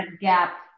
gap